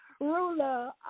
Ruler